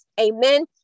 amen